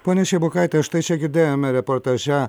ponia šeibokaite štai čia girdėjome reportaže